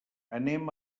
anem